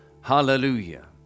Hallelujah